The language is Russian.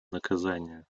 наказания